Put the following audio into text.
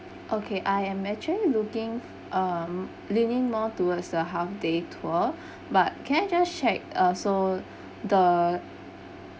okay I am actually looking um leaning more towards the half day tour but can I just check uh so the